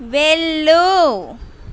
వెళ్ళు